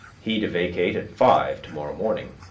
he to vacate at five tomorrow morning,